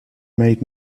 made